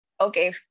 okay